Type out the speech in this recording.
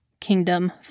kingdom